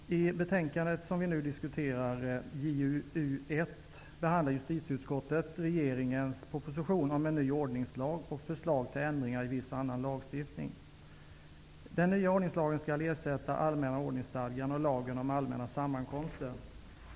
Fru talman! I betänkande 1993/94:JuU1 som vi nu diskuterar behandlar justitieutskottet regeringens proposition om en ny ordningslag och förslag till ändringar i viss annan lagstiftning. Den nya ordningslagen skall ersätta allmänna ordningsstadgan och lagen om allmänna sammankomster.